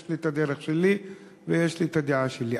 יש לי את הדרך שלי ויש לי את הדעה שלי.